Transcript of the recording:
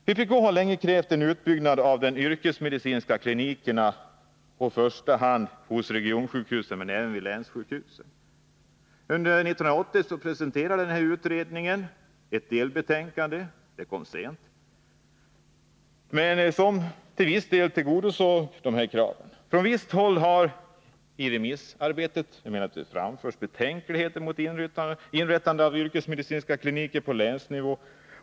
Vpk har länge krävt en utbyggnad av de yrkesmedicinska klinikerna, i första hand hos regionsjukhusen men även vid länssjukhusen. Under 1980 presenterade den här utredningen ett delbetänkande. Det kom sent, men det tillgodosåg till en viss del här kraven. Från visst håll har under remissarbetets gång emellertid framförts betänkligheter mot ett inrättande av yrkesmedicinska kliniker på länsnivå.